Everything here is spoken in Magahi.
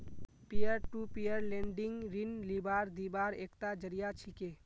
पीयर टू पीयर लेंडिंग ऋण लीबार दिबार एकता जरिया छिके